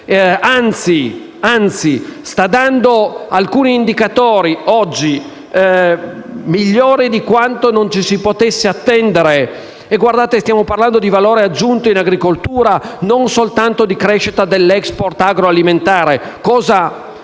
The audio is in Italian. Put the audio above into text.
anzi, oggi alcuni indicatori sono migliori di quanto ci si potesse attendere. Stiamo parlando di valore aggiunto in agricoltura e non soltanto di crescita dell’export agroalimentare,